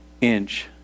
inch